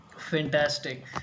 Fantastic